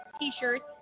T-shirts